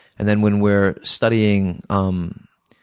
and then, when we're studying, um